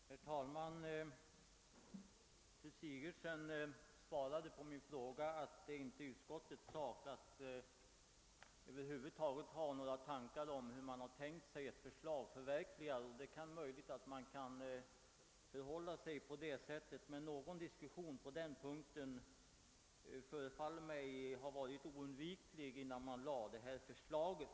Herr talman! Fru Sigurdsen sade som svar på min fråga, att det inte är utskottets sak att ha några tankar om hur man bör förverkliga detta förslag. Det är möjligt att det förhåller sig på det sättet, men en diskussion på den punkten förefaller mig ha varit oundviklig i samband med att man lade fram förslaget.